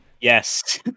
Yes